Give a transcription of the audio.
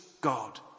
God